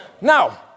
Now